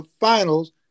finals